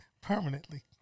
permanently